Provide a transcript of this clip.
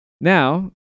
Now